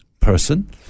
person